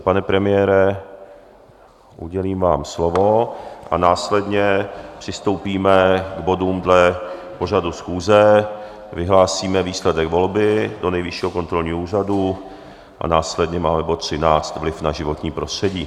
Pane premiére, udělím vám slovo a následně přistoupíme k bodům dle pořadu schůze, vyhlásíme výsledek volby do Nejvyššího kontrolního úřadu a následně máme bod 13, vliv na životní prostředí.